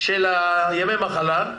של ימי המחלה,